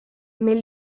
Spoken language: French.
mais